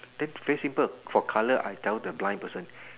then very simple for colour I tell the blind person